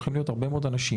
הולכים להיות הרבה מאוד אנשים.